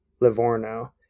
Livorno